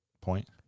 point